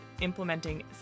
implementing